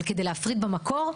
אבל כדי להפריד במקור,